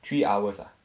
three hours ah